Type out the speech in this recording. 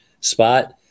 spot